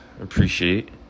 Appreciate